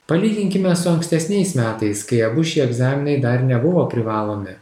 palyginkime su ankstesniais metais kai abu šie egzaminai dar nebuvo privalomi